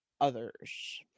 others